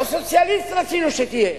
לא סוציאליסט רצינו שתהיה,